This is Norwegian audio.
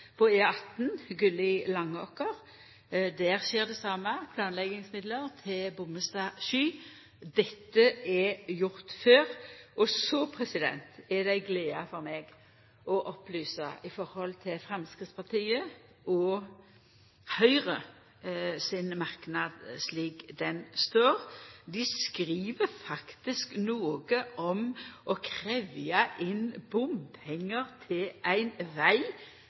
på E18 Gulli–Langåker skjer det same, og det er planleggingsmidlar til Bommestad–Sky. Dette er gjort før. Og så er det ei glede for meg å opplysa i forhold til Framstegspartiet og Høgre sin merknad, slik han står – dei skriv faktisk noko om å krevja inn bompengar til ein veg